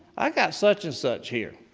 i've got such and such here.